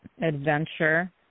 adventure